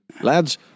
Lads